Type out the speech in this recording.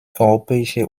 europäische